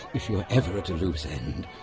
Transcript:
if you're ever at a loose end,